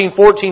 14